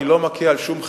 אני לא מכה על שום חטא,